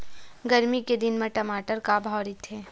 गरमी के दिन म टमाटर का भाव रहिथे?